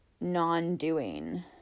non-doing